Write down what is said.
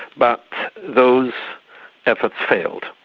but those efforts failed.